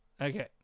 okay